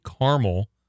caramel